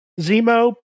Zemo